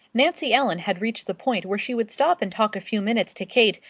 nancy ellen had reached the point where she would stop and talk a few minutes to kate,